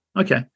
Okay